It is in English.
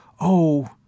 Oh